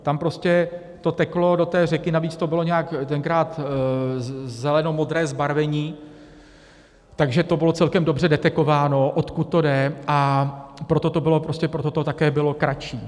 Tam prostě to teklo do té řeky, navíc to bylo nějak tenkrát zelenomodré zbarvení, takže to bylo celkem dobře detekováno odkud to jde, a proto to bylo prostě také kratší.